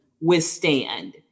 withstand